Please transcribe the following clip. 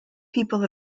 people